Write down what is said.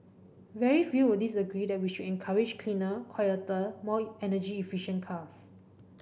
very few will disagree that we should encourage cleaner quieter more energy efficient cars